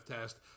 test